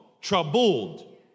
troubled